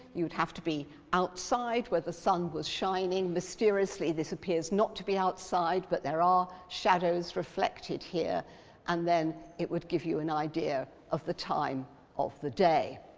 you'd have to be outside where the sun was shining. mysteriously, this appears not to be outside but there are shadows reflected here and then it would give you an idea of the time of the day.